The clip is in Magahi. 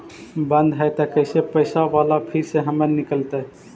बन्द हैं त कैसे पैसा बाला फिर से हमर निकलतय?